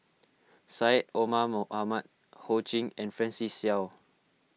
Syed Omar Mohamed Ho Ching and Francis Seow